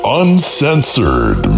uncensored